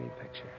picture